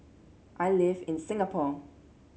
I live in Singapore